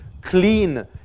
clean